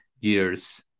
years